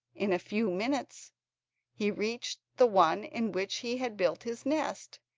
in a few minutes he reached the one in which he had built his nest,